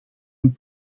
hun